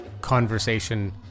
conversation